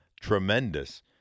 tremendous